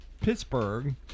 Pittsburgh